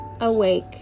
awake